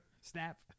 Snap